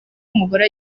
umugore